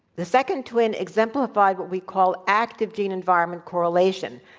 the second twin exemplified what we call active gene environment correlation,